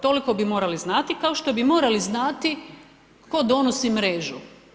Toliko bi morali znati, kao što bi morali i znati tko donosi mrežu.